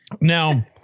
now